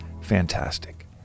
fantastic